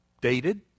dated